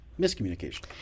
miscommunication